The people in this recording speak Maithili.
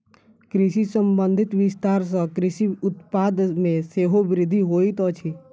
कृषि संबंधी विस्तार सॅ कृषि उत्पाद मे सेहो वृद्धि होइत अछि